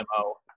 MO